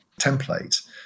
template